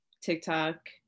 TikTok